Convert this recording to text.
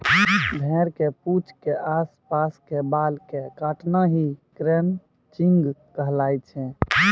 भेड़ के पूंछ के आस पास के बाल कॅ काटना हीं क्रचिंग कहलाय छै